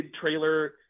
trailer